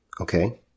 Okay